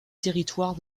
territoire